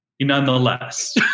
nonetheless